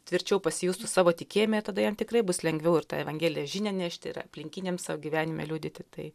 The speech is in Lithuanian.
tvirčiau pasijustų savo tikėjime ir tada jam tikrai bus lengviau ir tą evangelijos žinią nešti ir aplinkiniams savo gyvenime liudyti tai